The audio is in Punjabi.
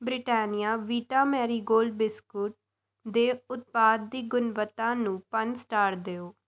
Britannia Vita Marie Gold biscuit ਦੇ ਉਤਪਾਦ ਦੀ ਗੁਣਵੱਤਾ ਨੂੰ ਪੰਜ ਸਟਾਰ ਦਿਓ